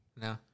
No